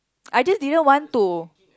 I just didn't want to